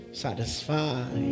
satisfy